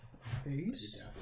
Face